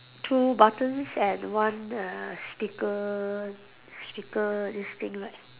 two buttons and one err speaker speaker this thing right